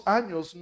años